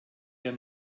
wir